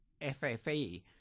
FFA